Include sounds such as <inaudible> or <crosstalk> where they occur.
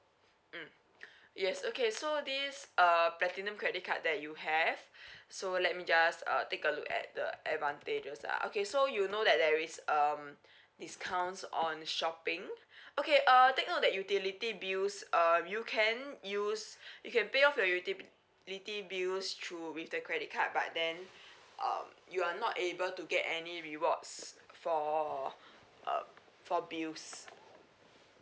mm <breath> yes okay so this uh platinum credit card that you have <breath> so let me just uh take a look at the advantages ah okay so you know that there is um discounts on shopping okay uh take note that utility bills um you can use you can pay off your utility bills through with the credit card but then um you are not able to get any rewards for uh for bills